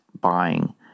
buying